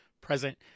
present